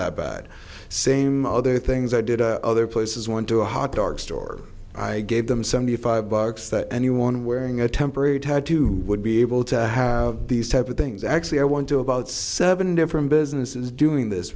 that bad same other things i did a other places went to a hotdog store i gave them seventy five bucks that anyone wearing a temporary tattoo would be able to have these type of things actually i want to about seven different businesses doing this